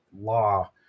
law